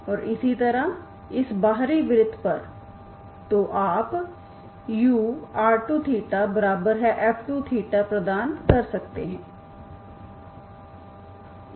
और इसी तरह इस बाहरी वृत्त पर तो आप ur2θf2θ प्रदान कर सकते हैं